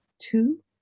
two